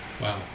Wow